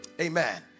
amen